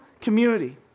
community